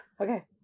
Okay